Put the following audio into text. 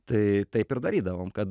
tai taip ir darydavom kad